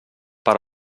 per